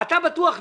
אתה בטוח נשאר,